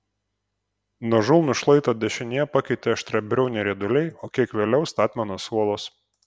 nuožulnų šlaitą dešinėje pakeitė aštriabriauniai rieduliai o kiek vėliau statmenos uolos